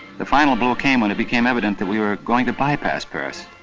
the final blow came when it became evident that we were going to bypass paris.